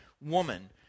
woman